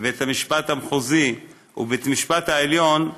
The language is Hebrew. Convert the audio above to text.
בבית המשפט המחוזי ובבית המשפט העליון,